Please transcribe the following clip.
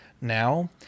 now